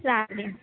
सांगेन